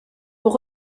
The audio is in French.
pour